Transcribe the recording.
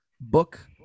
book